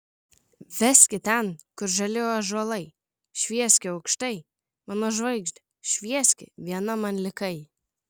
veski ten kur žali ąžuolai švieski aukštai mano žvaigžde švieski viena man likai